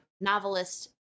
Novelist